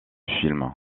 film